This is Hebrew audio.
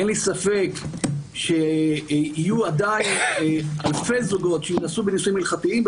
אין לי ספק שיהיו עדיין אלפי זוגות שיינשאו בנישואים הלכתיים,